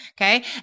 okay